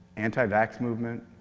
anti-vax movement,